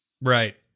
Right